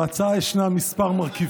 בהצעה יש כמה מרכיבים.